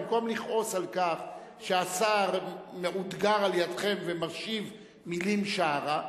במקום לכעוס על כך שהשר מאותגר על-ידיכם ומשיב מלים שערה,